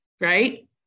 right